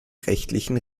rechtlichen